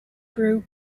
grew